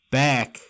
back